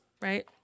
right